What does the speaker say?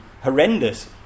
horrendous